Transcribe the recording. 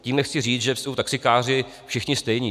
Tím nechci říct, že jsou taxikáři všichni stejní.